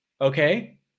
okay